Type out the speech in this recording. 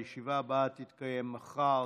הישיבה הבאה תתקיים מחר,